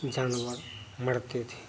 कि जानवर लड़ते थे